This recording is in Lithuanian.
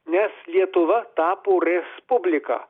nes lietuva tapo respublika